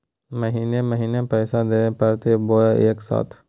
महीने महीने पैसा देवे परते बोया एके साथ?